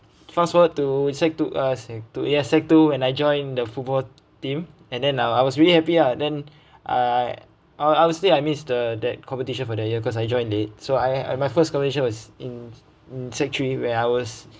fast forward to sec two ah sec two yes sec two and I joined the football team and then uh I was really happy lah then I I obviously I miss the that competition for the year cause I joined late so I I my first competition was in sec three where I was